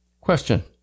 Question